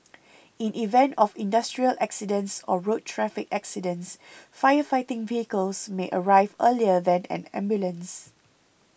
in event of industrial accidents or road traffic accidents fire fighting vehicles may arrive earlier than an ambulance